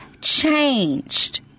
changed